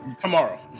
tomorrow